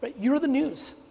but you're the news,